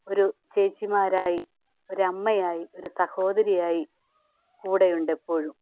ഒരു ചേച്ചിമാരായി ഒരു അമ്മയായി ഒരു സഹോദരിയായി കൂടെയുണ്ട് എപ്പോഴും